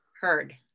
heard